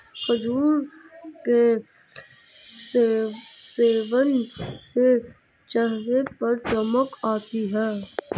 खजूर के सेवन से चेहरे पर चमक आती है